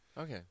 Okay